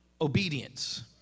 obedience